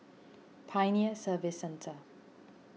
Pioneer Service Centre